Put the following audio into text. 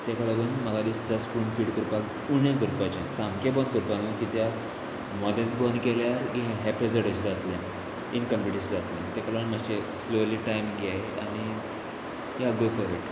ताका लागून म्हाका दिसता स्पून फीड करपाक उणें करपाचें सामकें बंद करपाक न्हू कित्याक मदेंच बंद केल्यार हे प्रेज एशें जातलें इनकम्पिटीस जातलें ताका लागून मातशें स्लोली टायम घे आनी गो फोर इट